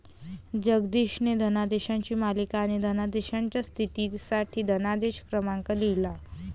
जगदीशने धनादेशांची मालिका आणि धनादेशाच्या स्थितीसाठी धनादेश क्रमांक लिहिला